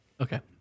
Okay